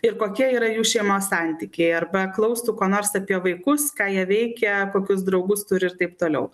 ir kokia yra jų šeimos santykiai arba klaustų kuo nors apie vaikus ką jie veikia kokius draugus turi ir taip toliau